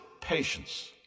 patience